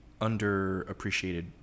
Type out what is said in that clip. underappreciated